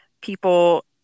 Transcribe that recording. people